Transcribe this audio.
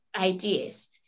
ideas